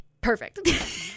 Perfect